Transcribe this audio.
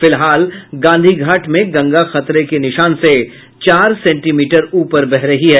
फिलहाल गांधी घाट में गंगा खतरे के निशान से चार सेंटीमीटर ऊपर बह रही है